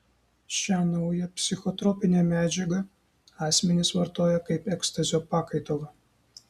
šią naują psichotropinę medžiagą asmenys vartoja kaip ekstazio pakaitalą